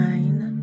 Nine